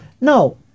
No